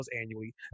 annually